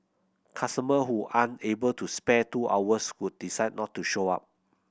customer who aren't able to spare the two hours would decide not to show up